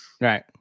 Right